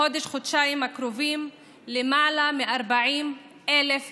בחודש-חודשיים הקרובים למעלה מ-40,000 ילדים,